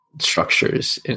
structures